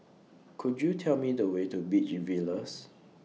Could YOU Tell Me The Way to Beach Villas